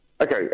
Okay